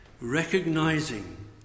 recognizing